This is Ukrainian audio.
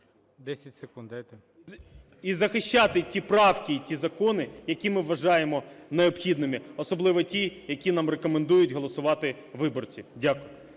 …і захищати ті правки і ті закони, які ми вважаємо необхідними, особливо ті, які нам рекомендують голосувати виборці. Дякую.